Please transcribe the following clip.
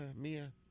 Mia